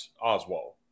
Oswald